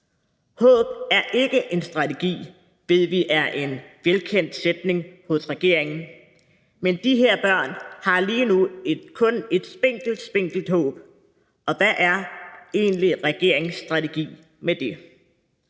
Håb er ikke en strategi, ved vi er en velkendt sætning hos regeringen, men de her børn har lige nu kun et spinkelt, spinkelt håb, og hvad er egentlig regeringens strategi med det?